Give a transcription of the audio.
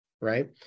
right